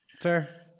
fair